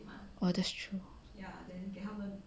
oh that's true